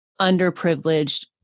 underprivileged